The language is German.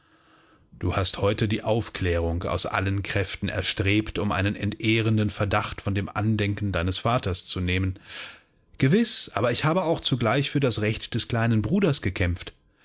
du hast heute die aufklärung aus allen kräften erstrebt um einen entehrenden verdacht von dem andenken deines vaters zu nehmen gewiß aber ich habe auch zugleich für das recht des kleinen bruders gekämpft